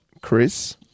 Chris